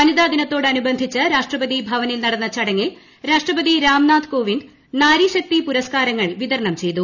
വനിതാദിനത്തോടനുബന്ധിച്ച് രാഷ്ട്രപതി ഭവനിൽ നടന്ന ചടങ്ങിൽ രാഷ്ട്രപതി രാംനാഥ് കോവിന്ദ് നാരീശക്തി പുരസ്കാരങ്ങൾ വിതരണം ചെയ്തു